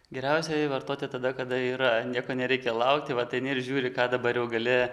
geriausia vartoti tada kada yra nieko nereikia laukti vat eini ir žiūri ką dabar jau gali